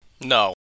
No